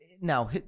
now